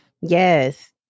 Yes